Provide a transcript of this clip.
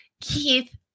Keith